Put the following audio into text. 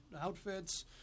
outfits